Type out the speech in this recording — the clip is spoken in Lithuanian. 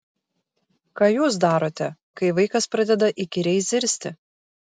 ką jūs darote kai vaikas pradeda įkyriai zirzti